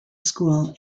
school